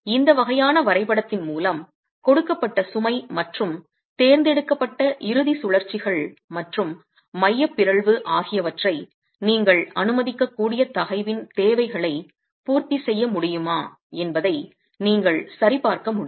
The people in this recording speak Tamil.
இந்த வகையான வரைபடத்தின் மூலம் கொடுக்கப்பட்ட சுமை மற்றும் தேர்ந்தெடுக்கப்பட்ட இறுதி சுழற்சிகள் மற்றும் மைய பிறழ்வு ஆகியவற்றை நீங்கள் அனுமதிக்கக்கூடிய தகைவின் தேவைகளை பூர்த்தி செய்ய முடியுமா என்பதை நீங்கள் சரிபார்க்க முடியும்